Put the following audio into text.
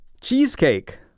cheesecake